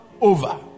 over